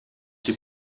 die